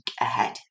ahead